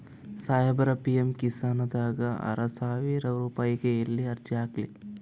ಸಾಹೇಬರ, ಪಿ.ಎಮ್ ಕಿಸಾನ್ ದಾಗ ಆರಸಾವಿರ ರುಪಾಯಿಗ ಎಲ್ಲಿ ಅರ್ಜಿ ಹಾಕ್ಲಿ?